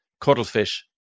cuttlefish